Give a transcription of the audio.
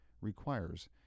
requires